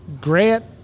Grant